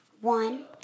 one